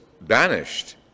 banished